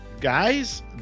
Guys